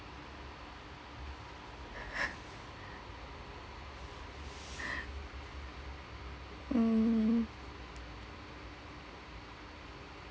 mm